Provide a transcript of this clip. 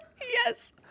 Yes